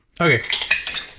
okay